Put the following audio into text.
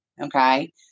okay